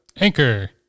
anchor